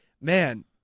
Man